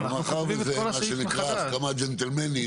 מאחר וזה מה שנקרא הסכמה ג'נטלמנית,